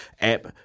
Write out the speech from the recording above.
app